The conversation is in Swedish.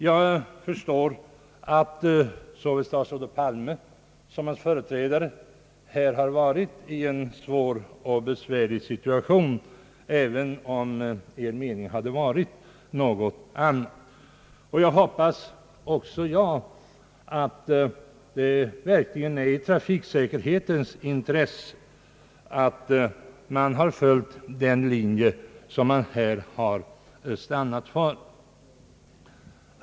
Jag förstår att såväl statsrådet Palme som hans företrädare här har varit i en svår situation, även om deras mening hade varit en annan än experternas. Också jag hoppas att det verkligen är i trafiksäkerhetens intresse att man följt den linje som man stannat för.